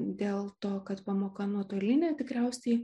dėl to kad pamoka nuotolinė tikriausiai